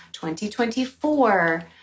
2024